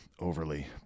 overly